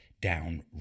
down